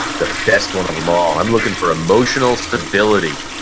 the best one of them all. i'm looking for emotional stability.